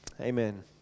Amen